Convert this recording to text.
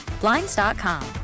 Blinds.com